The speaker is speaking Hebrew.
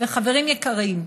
וחברים יקרים,